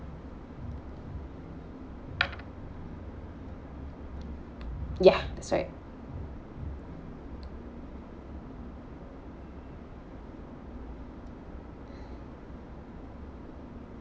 ya that's right